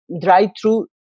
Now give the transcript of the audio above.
drive-through